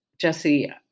Jesse